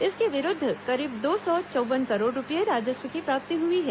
इसके विरूद्व करीब दो सौ चौव्वन करोड़ रूपए राजस्व की प्राप्ति हई है